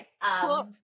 cool